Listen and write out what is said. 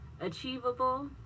achievable